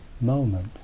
moment